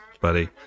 buddy